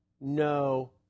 no